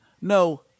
No